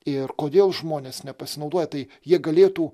ir kodėl žmonės nepasinaudoja tai jie galėtų